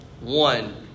one